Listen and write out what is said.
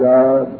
God